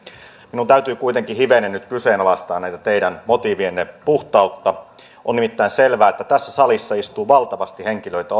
minun täytyy kuitenkin hivenen nyt kyseenalaistaa teidän motiivienne puhtautta on nimittäin selvää että tässä salissa istuu oppositiossa valtavasti henkilöitä